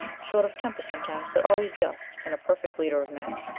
short of temper sometimes, but always just, and a perfect leader of men.